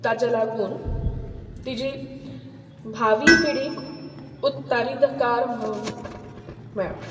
ताजे लागून तिजी भावी पिडी उत्तारिधकार म्हणून मेळ्ळा